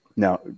Now